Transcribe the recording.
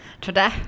Today